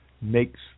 makes